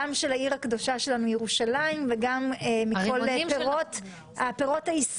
גם של העיר הקדושה שלנו ירושלים וגם מכל הפירות הישראליים